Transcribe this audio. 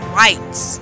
rights